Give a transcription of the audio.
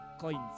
coins